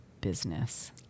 business